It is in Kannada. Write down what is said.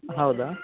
ಹೌದಾ